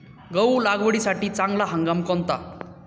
गहू लागवडीसाठी चांगला हंगाम कोणता?